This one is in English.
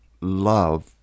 love